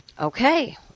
Okay